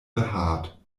behaart